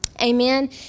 Amen